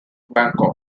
bangkok